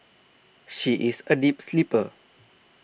she is a deep sleeper